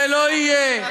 זה לא יהיה.